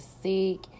seek